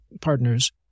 partners